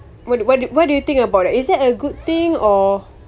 what what what do you think about that is that a good thing or